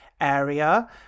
area